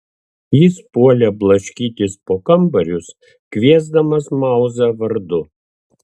jis puolė blaškytis po kambarius kviesdamas mauzą vardu